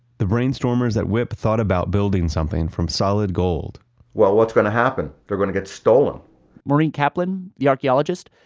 the brainstormers at wipp thought about building something from solid gold well, what's going to happen? they're going to get stolen maureen kaplan, the archaeologist,